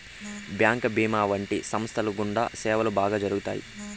bank భీమా వంటి సంస్థల గుండా సేవలు బాగా జరుగుతాయి